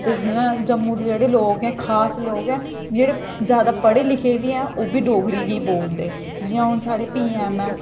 जम्मू दे जेह्ड़े लोक न खास लोक न जेह्ड़े जैदा पढ़े लिखे बी हैन ओह् बी डोगरी गी बोलदे जि'यां हून साढ़े पीऐम गै न